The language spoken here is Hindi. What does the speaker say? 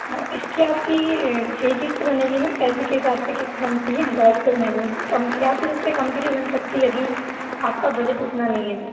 हाँ इसकी आप की छः क़िस्त बनेगी मैम पैसे के हिसाब से क़िस्त बनती है हज़ार रुपए महीने की या फिर उससे कम की भी बन सकती है यदि आपका बजट उतना नहीं है तो